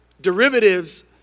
derivatives